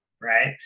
right